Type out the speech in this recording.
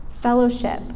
fellowship